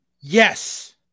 yes